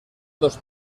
dos